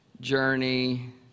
journey